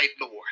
Lord